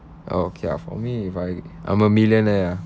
okay ah for me if I am a millionaire ah